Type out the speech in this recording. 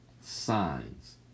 signs